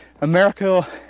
america